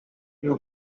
few